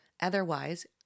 Otherwise